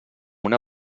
una